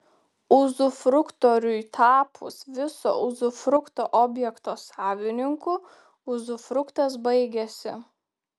uzufruktoriui tapus viso uzufrukto objekto savininku uzufruktas baigiasi